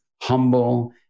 humble